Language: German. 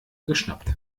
geschnappt